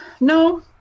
no